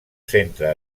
centre